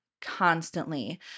constantly